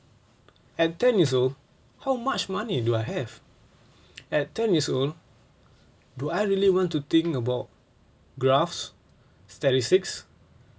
at ten years old how much money do I have at ten years old do I really want to think about graphs statistics